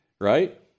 right